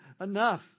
enough